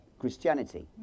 Christianity